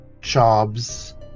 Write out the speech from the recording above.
jobs